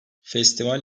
festival